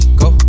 go